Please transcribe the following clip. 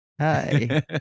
Hi